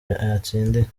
yatsindiye